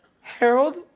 Harold